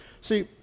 See